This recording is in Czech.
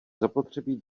zapotřebí